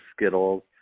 Skittles